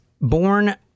born